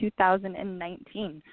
2019